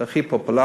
זה הכי פופולרי.